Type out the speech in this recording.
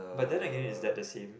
but then again is that the same